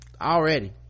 Already